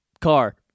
car